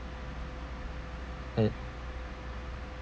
and